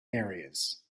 areas